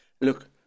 Look